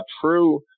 true